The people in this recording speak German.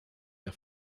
der